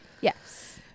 Yes